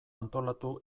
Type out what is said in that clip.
antolatu